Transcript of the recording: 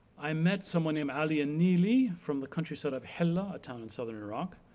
i met someone named alia nili from the countryside of hela. a town in southern iraq.